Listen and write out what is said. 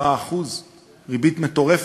10%. ריבית מטורפת.